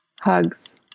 Hugs